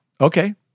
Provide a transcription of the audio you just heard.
Okay